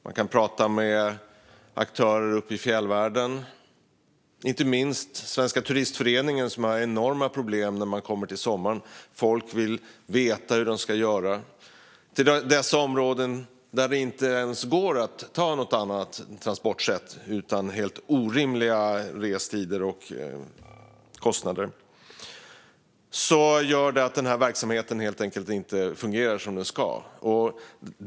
Man kan prata med aktörer uppe i fjällvärlden, inte minst Svenska Turistföreningen, som har enorma problem när det gäller sommaren. Folk vill veta hur de ska göra. Det handlar om de områden där det inte ens går att använda något annat transportsätt utan helt orimliga restider och kostnader. Det gör att denna verksamhet helt enkelt inte fungerar som den ska.